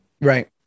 right